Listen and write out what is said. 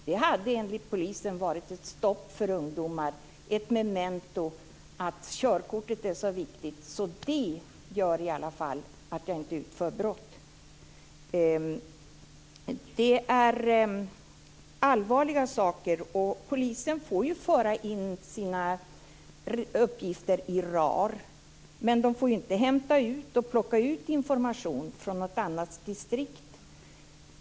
Det hade enligt polisen inneburit ett stopp för ungdomar, varit ett memento att körkortet är så viktigt att det gör i alla fall att ungdomar inte utför brott. Detta är allvarliga saker. Polisen får föra in sina uppgifter i RAR, men de får inte hämta ut och plocka ut information från något annat distrikt.